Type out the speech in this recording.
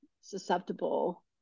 susceptible